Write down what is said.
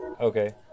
Okay